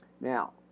Now